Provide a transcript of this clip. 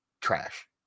trash